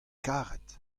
karet